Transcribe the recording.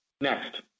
Next